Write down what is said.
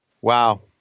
Wow